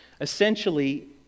essentially